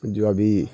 جو ابھی